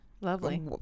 lovely